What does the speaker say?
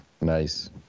nice